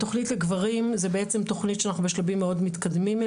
תכנית לגברים, זו תכנית בשלבים מאוד מתקדמים.